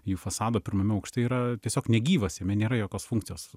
jų fasado pirmame aukšte yra tiesiog negyvas jame nėra jokios funkcijos